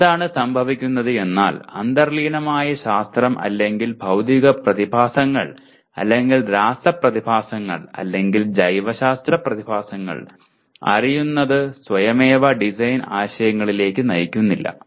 എന്താണ് സംഭവിക്കുന്നത് എന്നാൽ അന്തർലീനമായ ശാസ്ത്രം അല്ലെങ്കിൽ ഭൌതിക പ്രതിഭാസങ്ങൾ അല്ലെങ്കിൽ രാസ പ്രതിഭാസങ്ങൾ അല്ലെങ്കിൽ ജൈവശാസ്ത്ര പ്രതിഭാസങ്ങൾ അറിയുന്നത് സ്വയമേവ ഡിസൈൻ ആശയങ്ങളിലേക്ക് നയിക്കുന്നില്ല